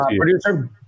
producer